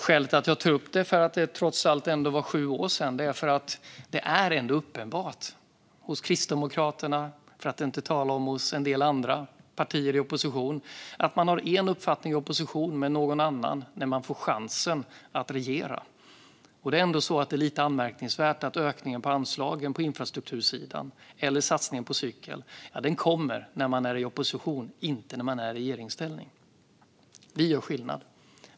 Skälet till att jag tar upp detta trots att det var sju år sedan är att det ändå är uppenbart att Kristdemokraterna - för att inte tala om en del andra partier i opposition - har en uppfattning i opposition men en annan när man får chansen att regera. Det är ändå lite anmärkningsvärt att ökningen av anslagen på infrastruktursidan och satsningen på cykel kommer när man är i opposition; den kom inte när man var i regeringsställning. Vi gör skillnad.